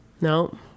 No